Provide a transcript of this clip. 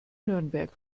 nürnberg